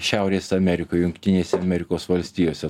šiaurės amerikoj jungtinėse amerikos valstijose